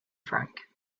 franc